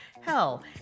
Hell